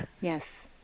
Yes